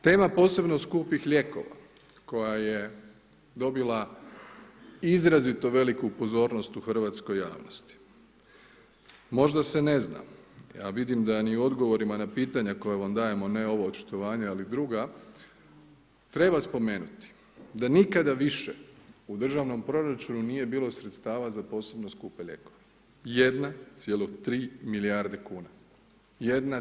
Tema posebno skupih lijekova koja je dobila izrazito veliku pozornost u hrvatskoj javnosti, možda se ne zna, a vidim da ni u odgovorima na pitanja koje vam dajemo, ne ovo očitovanje ali druga, treba spomenuti, da nikada više u državnom proračunu nije bilo sredstava za posebno skupe lijekove, 1,3 milijarde kuna.